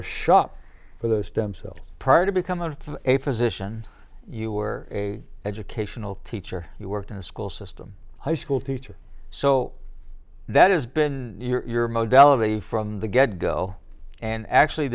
to shop for those stem cells prior to becoming a physician you were a educational teacher you worked in a school system high school teacher so that has been you're modeller a from the get go and actually